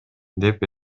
деп